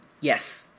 Yes